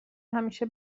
همیشه